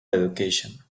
education